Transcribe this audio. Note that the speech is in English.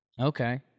Okay